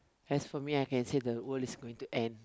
as for me I can say the world is going to end